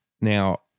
Now